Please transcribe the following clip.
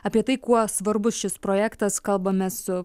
apie tai kuo svarbus šis projektas kalbame su